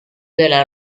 della